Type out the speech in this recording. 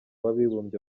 w’abibumbye